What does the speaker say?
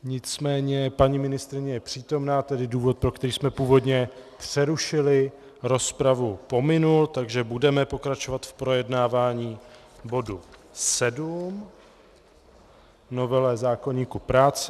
Nicméně paní ministryně je přítomná, tedy důvod, pro který jsme původně přerušili rozpravu, pominul, takže budeme pokračovat v projednávání bodu 7, novely zákoníku práce.